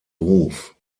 ruf